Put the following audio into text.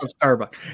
Starbucks